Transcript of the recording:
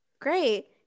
great